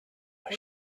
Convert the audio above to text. when